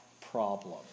problem